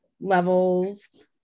levels